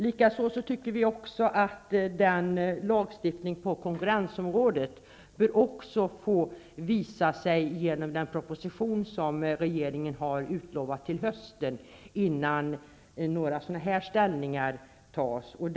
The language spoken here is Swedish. Vidare anser vi att förslaget till lagstiftning på konkurrensområdet bör läggas fram i den proposition som regeringen har utlovat till hösten, innan man kan göra några ställningstaganden av den här typen.